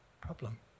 problem